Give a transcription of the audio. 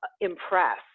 impress